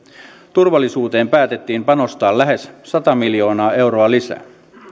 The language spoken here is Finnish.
turvallisuuteen päätettiin panostaa lähes sata miljoonaa euroa lisää